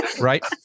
Right